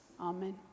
Amen